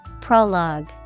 Prologue